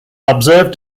observed